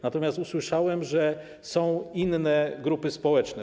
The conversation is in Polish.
Natomiast usłyszałem, że są inne grupy społeczne.